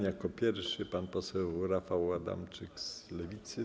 Jako pierwszy pan poseł Rafał Adamczyk z Lewicy.